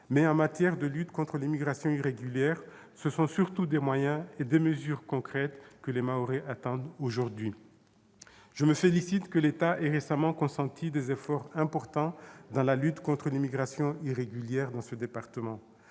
mais, en matière de lutte contre l'immigration irrégulière, ce sont surtout des moyens et des mesures concrètes que les Mahorais attendent aujourd'hui. Je me félicite de ce que l'État ait récemment consenti des efforts importants dans la lutte contre l'immigration irrégulière dans notre département